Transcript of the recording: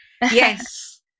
Yes